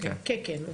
כן, הבנתי.